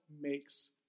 makes